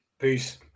Peace